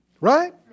Right